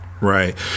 Right